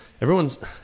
everyone's